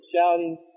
shouting